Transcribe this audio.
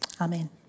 Amen